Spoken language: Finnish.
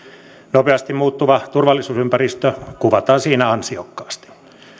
nopeasti muuttuva turvallisuusympäristö kuvataan siinä ansiokkaasti